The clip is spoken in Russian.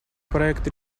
проект